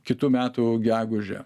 kitų metų gegužę